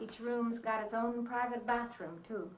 each room got its own private bathroom